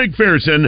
McPherson